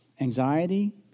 anxiety